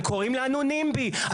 הם קוראים לנו נימבי,